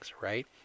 right